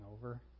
over